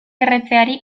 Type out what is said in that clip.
erretzeari